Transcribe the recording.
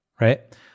right